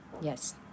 Yes